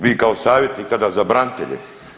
Vi kao savjetnik tada za branitelje.